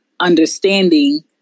understanding